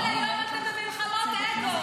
כל היום אתם במלחמות אגו.